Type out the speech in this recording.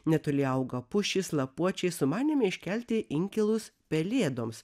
netoli auga pušys lapuočiai sumanėme iškelti inkilus pelėdoms